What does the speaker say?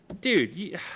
dude